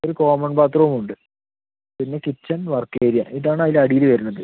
ഒര് കോമൺ ബാത്റൂമും ഉണ്ട് പിന്ന കിച്ചൺ വർക്ക് ഏരിയ ഇത് ആണ് അതില് അടിയിൽ വരുന്നത്